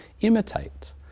imitate